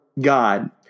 God